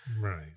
Right